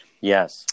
Yes